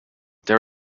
they